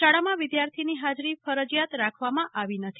શાળામાં વિદ્યાર્થીની હાજરી ફરજીયાત રાખવામા આવી નથી